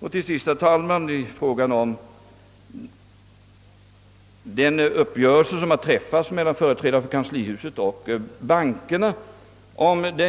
På frågan huruvida den uppgörelse som träffats mellan företrädare för kanslihuset och bankerna